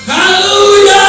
Hallelujah